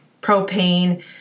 propane